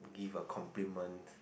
give a compliment